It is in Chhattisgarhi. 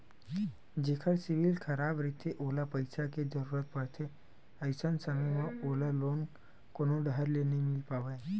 जेखर सिविल खराब रहिथे ओला पइसा के जरूरत परथे, अइसन समे म ओला लोन कोनो डाहर ले नइ मिले पावय